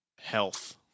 Health